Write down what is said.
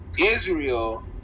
israel